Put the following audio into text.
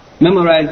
memorize